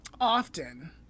often